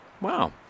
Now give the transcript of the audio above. Wow